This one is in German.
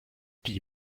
die